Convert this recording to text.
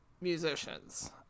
musicians